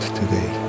today